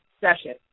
session